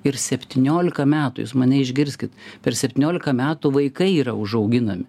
ir septyniolika metų jis mane išgirskit per septyniolika metų vaikai yra užauginami